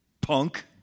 punk